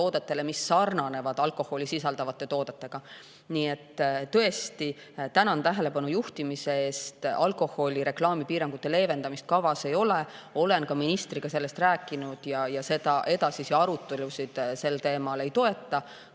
mis sarnanevad alkoholi sisaldavate toodetega. Nii et tõesti tänan tähelepanu juhtimise eest. Alkoholireklaami piirangute leevendamist kavas ei ole. Olen ka ministriga sellest rääkinud ja edasisi arutelusid sel teemal ei toeta.